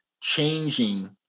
changing